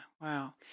Wow